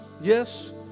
Yes